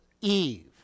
Eve